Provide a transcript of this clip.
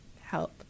help